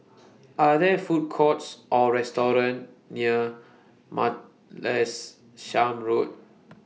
Are There Food Courts Or restaurants near Martlesham Road